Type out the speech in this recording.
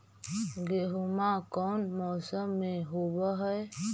गेहूमा कौन मौसम में होब है?